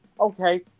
okay